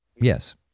Yes